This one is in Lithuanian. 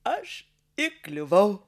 aš įkliuvau